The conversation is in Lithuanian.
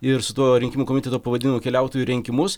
ir su tuo rinkimų komiteto pavadinimu keliautų į rinkimus